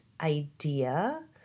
idea